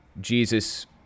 Jesus